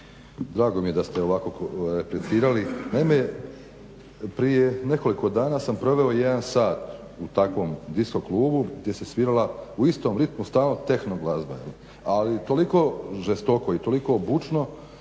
drago mi je da ste ovako replicirali. Naime, prije nekoliko dana sam proveo jedan sat u takvom diskoklubu gdje se svirala u istom ritmu stalno techno glazba, ali toliko žestoko i toliko bučno